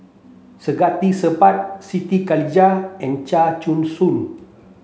Saktiandi Supaat Siti Khalijah and Chia Choo Suan